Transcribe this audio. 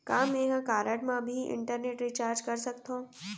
का मैं ह कारड मा भी इंटरनेट रिचार्ज कर सकथो